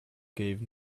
gave